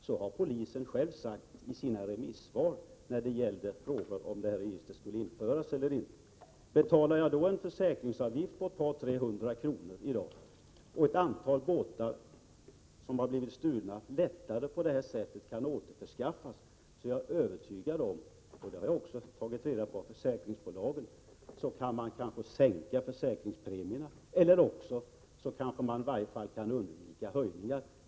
Det har polisen själv sagt i sina remissvar, när det gällde frågan om huruvida detta register skulle införas eller inte. Om ett 131 antal stulna båtar på detta sätt lättare kan återfinnas, kan man kanske sänka försäkringspremierna eller i varje fall undvika höjningar. Det är jag övertygad om. Jag har också tagit reda på det av försäkringsbolagen.